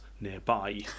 nearby